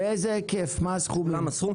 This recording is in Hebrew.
באיזה היקף מה הסכום?